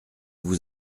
vous